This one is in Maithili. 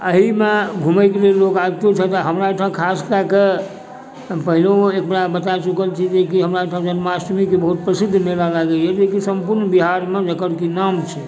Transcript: एहिमे घुमैके लेल लोक आबितो छथि हमरा ओहिठाम खास कए कऽ पहिनहो एक बेर बता चुकल छी कि हमरा एहिठाम जन्माष्टमीके बहुत प्रसिद्ध मेला लागैए जेकि सम्पूर्ण बिहारमे एकर कि नाम छै